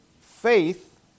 faith